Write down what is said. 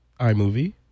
iMovie